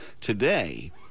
today